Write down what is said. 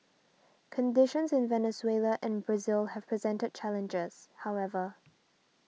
conditions in Venezuela and Brazil have presented challenges however